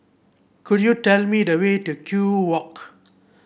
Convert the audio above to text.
could you tell me the way to Kew Walk